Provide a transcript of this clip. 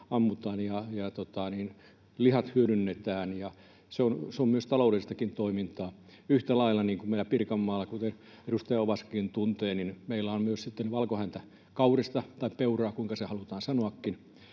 ammutaan ja lihat hyödynnetään, ja se on myös taloudellista toimintaa. Yhtä lailla meillä Pirkanmaalla, kuten edustaja Ovaskakin tietää, on myös valkohäntäkaurista tai ‑peuraa —kuinka se halutaankaan